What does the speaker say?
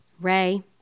Ray